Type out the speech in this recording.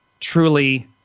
truly